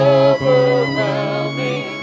overwhelming